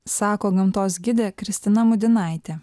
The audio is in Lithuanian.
sako gamtos gidė kristina mudinaitė